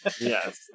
Yes